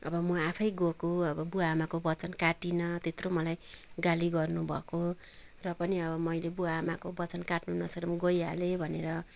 अब म आफै गएको अब बुवा आमाको वचन काटिनँ त्यत्रो मलाई गाली गर्नुभएको र पनि अब मैले बुवा आमाको वचन काटन नसकेर म गइहालेँ भनेर